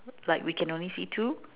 like we can only see two